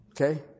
okay